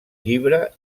llibre